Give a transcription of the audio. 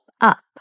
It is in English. up